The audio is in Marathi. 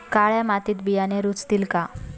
काळ्या मातीत बियाणे रुजतील का?